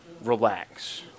relax